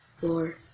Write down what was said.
four